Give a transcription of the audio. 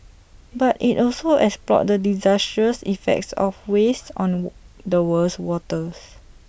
but IT also explored the disastrous effects of waste on the world's waters